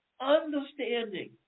understanding